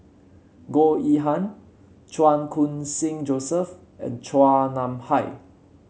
Goh Yihan Chan Khun Sing Joseph and Chua Nam Hai